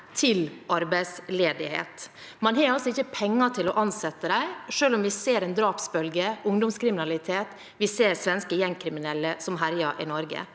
til arbeidsledighet. Man har altså ikke penger til å ansette dem, selv om vi ser en drapsbølge, ungdomskriminalitet og svenske gjengkriminelle som herjer i Norge.